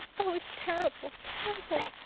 oh, it's terrible, terrible!